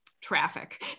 traffic